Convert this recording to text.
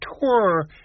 tour